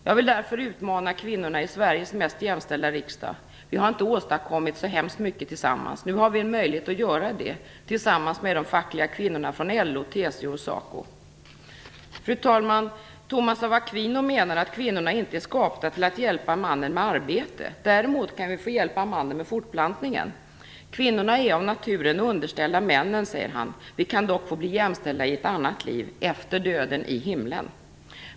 Jag vill därför utmana kvinnorna i den mest jämställda riksdagen. Vi har inte åstadkommit så hemskt mycket tillsammans. Nu har vi en möjlighet att göra det tillsammans med de fackliga kvinnorna i LO, Fru talman! Thomas av Aquino menade att kvinnorna inte är skapta till att hjälpa mannen med arbete. Däremot kan vi få hjälpa mannen med fortplantningen. Kvinnorna är av naturen underställda männen, säger han. Vi kan dock få bli jämställda i ett annat liv - efter döden i himlen.